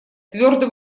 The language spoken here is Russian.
твердо